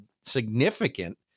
significant